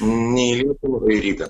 ne į lietuvą o į rygą